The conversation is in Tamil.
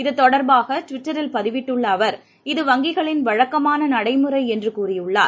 இது தொடர்பாக ட்விட்டரில் பதிவிட்டுள்ள அவர் இது வங்கிகளின் வழக்கமான நடைமுறை என்று கூறியுள்ளார்